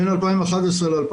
בין 2011 ל-2014,